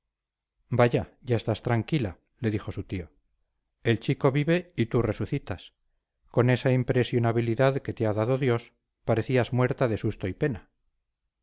vaya ya estás tranquila le dijo su tío el chico vive y tú resucitas con esa impresionabilidad que te ha dado dios parecías muerta de susto y pena